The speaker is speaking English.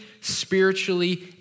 spiritually